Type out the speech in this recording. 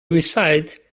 reside